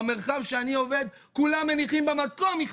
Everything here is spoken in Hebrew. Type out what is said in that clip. במרחב שאני עובד כולם מניחים במקום מכתב.